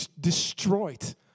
destroyed